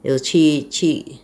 有去去